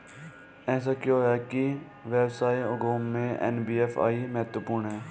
ऐसा क्यों है कि व्यवसाय उद्योग में एन.बी.एफ.आई महत्वपूर्ण है?